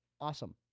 awesome